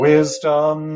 Wisdom